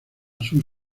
sur